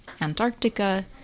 Antarctica